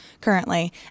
currently